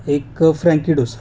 एक फ्रँकी डोसा